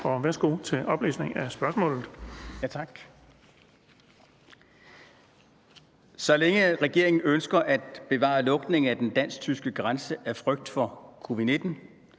Værsgo til oplæsning af spørgsmålet. Kl. 16:10 Nils Sjøberg (RV): Tak. Så længe regeringen ønsker at bevare lukningen af den dansk-tyske grænse af frygt for covid-19